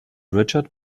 richard